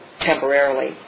temporarily